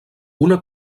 una